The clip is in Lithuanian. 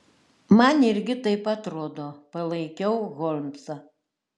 man irgi taip atrodo palaikiau holmsą